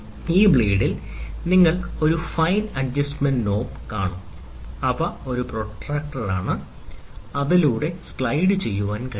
ഈ ബ്ലേഡിൽ നിങ്ങൾ ഒരു ഫൈൻ അഡ്ജസ്റ്റ്മെൻറ് നോബ് കാണും അവ ഒരു പ്രൊട്ടക്റ്റർ ആണ് അതിലൂടെ സ്ലൈഡുചെയ്യാൻ കഴിയും